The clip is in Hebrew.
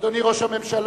אדוני ראש הממשלה,